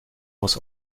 was